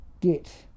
get